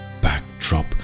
backdrop